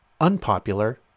unpopular